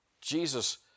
Jesus